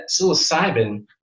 psilocybin